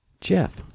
Jeff